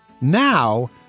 Now